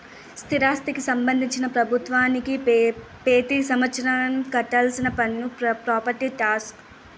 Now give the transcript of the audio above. స్థిరాస్తికి సంబంధించి ప్రభుత్వానికి పెతి సంవత్సరం కట్టాల్సిన పన్ను ప్రాపర్టీ టాక్స్